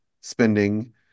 spending